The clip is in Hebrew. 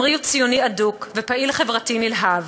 עמרי הוא ציוני אדוק ופעיל חברתי נלהב,